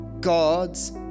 God's